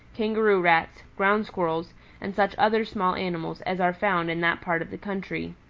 kangaroo rats, ground squirrels and such other small animals as are found in that part of the country.